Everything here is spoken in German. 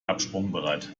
absprungbereit